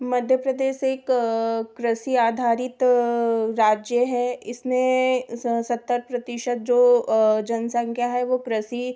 मध्य प्रदेश एक कृषि आधारित राज्य है इसमें सत्तर प्रतीशत जो जनसंख्या है वो कृषि